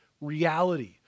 reality